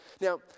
Now